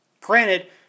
Granted